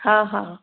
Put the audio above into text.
हा हा